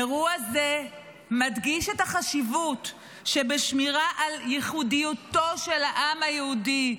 אירוע זה מדגיש את החשיבות שבשמירה על ייחודיותו של העם היהודי,